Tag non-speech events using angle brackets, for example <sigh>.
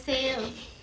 <noise>